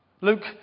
Luke